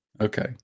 Okay